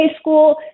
school